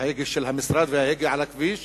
ההגה של המשרד וההגה שעל הכביש,